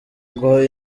ngo